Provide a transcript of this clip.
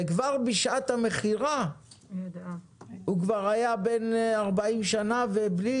וכבר בשעת המכירה הוא היה בן 40 שנה בלי